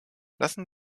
lassen